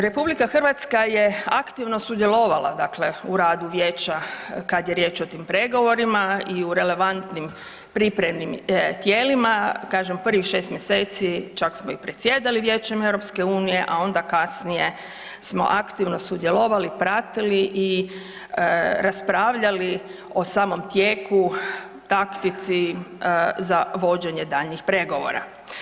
RH je aktivno sudjelovala, dakle u radu Vijeća kad je riječ o tim pregovorima i u relevantnim pripremnim tijelima, kažem prvih 6 mjeseci čak smo i predsjedali Vijećem EU, a onda kasnije smo aktivno sudjelovali, pratili i raspravljali o samom tijeku, taktici za vođenje daljnjih pregovora.